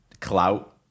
clout